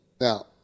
Now